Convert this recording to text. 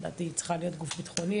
לדעתי היא צריכה להיות גוף ביטחוני,